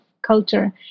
culture